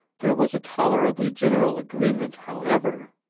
there was a tolerably general agreement, however,